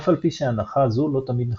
אף על פי שהנחה זו לא תמיד נכונה.